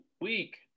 week